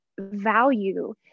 value